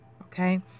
Okay